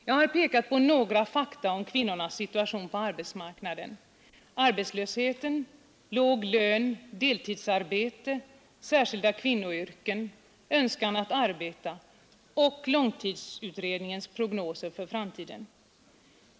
Jag har pekat på några fakta om kvinnornas situation på arbetsmarknaden: arbetslösheten, låg lön, deltidsarbete, särskilda kvinnoyrken, önskan att arbeta och långtidsutredningens prognoser för framtiden.